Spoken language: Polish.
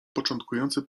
początkujący